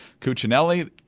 Cuccinelli